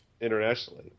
internationally